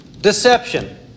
deception